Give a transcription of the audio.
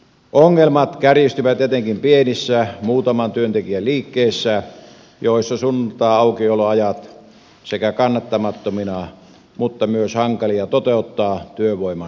ongelmat kärjistyvät etenkin pienissä muutaman työntekijän liikkeissä joissa sunnuntaiaukioloajat ovat sekä kannattamattomia että myös hankalia toteuttaa työvoiman suhteen